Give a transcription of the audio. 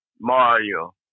Mario